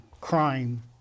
crime